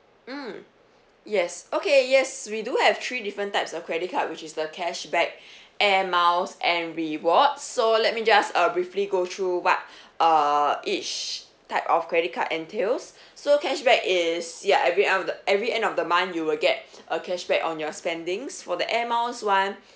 mm yes okay yes we do have three different types of credit card which is the cashback Air Miles and rewards so let me just uh briefly go through what uh each type of credit card entails so cashback is ya every ang~ of the every end of the month you will get a cashback on your spendings for the Air Miles [one]